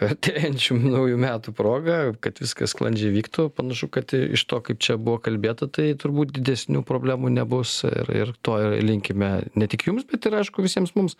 artėjančių naujų metų proga kad viskas sklandžiai vyktų panašu kad iš to kaip čia buvo kalbėta tai turbūt didesnių problemų nebus ir ir to ir linkime ne tik jums bet ir aišku visiems mums